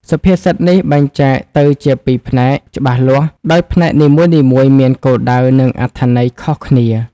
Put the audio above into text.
សុភាសិតនេះបែងចែកទៅជាពីរផ្នែកច្បាស់លាស់ ដោយផ្នែកនីមួយៗមានគោលដៅ និងអត្ថន័យខុសគ្នា។